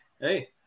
hey